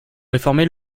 réformer